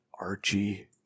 Archie